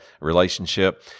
relationship